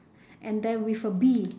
and then with a bee